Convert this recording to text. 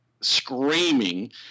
screaming